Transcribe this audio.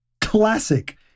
Classic